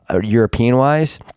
European-wise